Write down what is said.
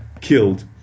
killed